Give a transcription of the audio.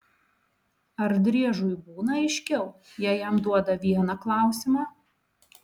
ar driežui būna aiškiau jei jam duoda vieną klausimą